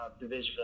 division